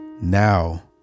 now